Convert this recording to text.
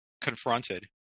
confronted